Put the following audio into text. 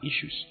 issues